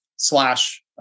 slash